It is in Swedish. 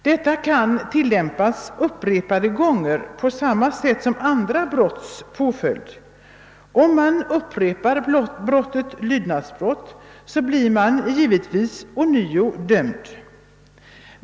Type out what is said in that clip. Denna påföljd kan ådömas vederbörande upprepade gånger på samma sätt som påföljd för andra brott — om lydnadsbrott upprepas blir man ånyo dömd.